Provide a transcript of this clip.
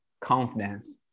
confidence